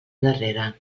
darrere